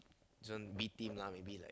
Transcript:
this one B team lah maybe like